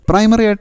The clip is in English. Primary